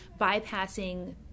bypassing